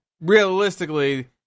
realistically